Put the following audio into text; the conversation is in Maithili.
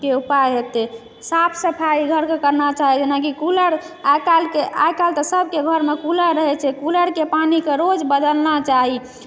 के उपाय हेतै साफ सफाइ घर घर करना चाही जेना कि कूलर आइकाल्हि तऽ आइकाल्हि तऽ सबके घरमे कूलर रहै छै कूलरके पानिके रोज बदलना चाही